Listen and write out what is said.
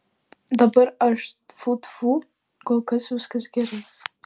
dabar aš tfu tfu kol kas viskas gerai